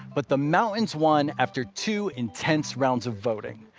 but the mountains won after two intense rounds of voting.